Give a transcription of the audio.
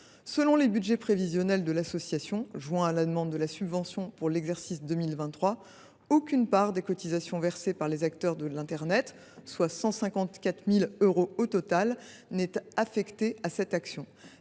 Selon les budgets prévisionnels de l’association, joints à sa demande de subvention pour l’exercice 2023, aucune part des cotisations versées par les acteurs de l’internet, soit 154 000 euros au total, n’est affectée à cette action.